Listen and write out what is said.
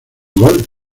gol